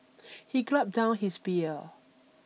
he gulped down his beer